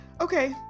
Okay